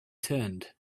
turned